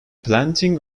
planting